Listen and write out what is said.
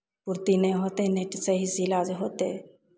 होतै नहि होतै नहि सहीसँ इलाज होतै